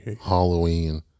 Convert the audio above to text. Halloween